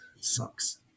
sucks